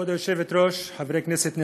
כבוד היושבת-ראש, חברי כנסת נכבדים,